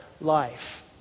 life